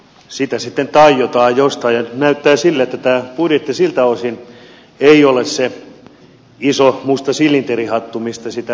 sitä sitten taiotaan jostain ja nyt näyttää siltä että tämä budjetti siltä osin ei ole se iso musta silinterihattu mistä sitä rahaa revitään